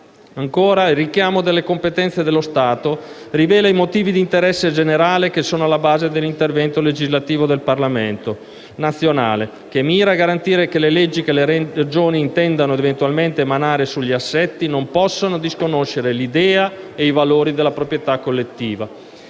un richiamo alla competenza dello Stato che rivela i motivi di interesse generale che sono alla base dell'intervento legislativo del Parlamento nazionale, che mira a garantire che le leggi che le Regioni intendano eventualmente emanare sugli assetti collettivi non possano disconoscere l'idea e i valori della proprietà collettiva,